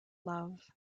love